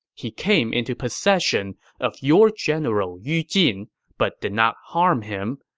he came into possession of your general yu jin but did not harm him,